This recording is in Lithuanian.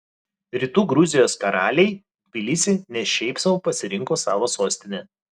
rytų gruzijos karaliai tbilisį ne šiaip sau pasirinko savo sostine